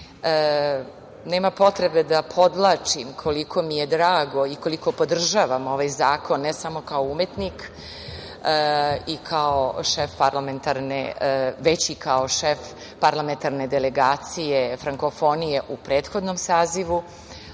potrebe da podvlačim koliko mi je drago i koliko podržavam ovaj zakon, ne samo kao umetnik, već i kao šef parlamentarne delegacije frankofonije u prethodnom sazivu,